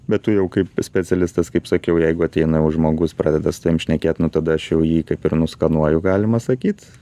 bet tu jau kaip specialistas kaip sakiau jeigu ateina jau žmogus pradeda su tavim šnekėti nu tada aš jau jį kaip ir nuskanuoju galima sakyti